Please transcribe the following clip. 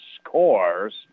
scores